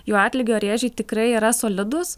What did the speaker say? jų atlygio rėžiai tikrai yra solidūs